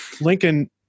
Lincoln